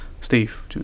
Steve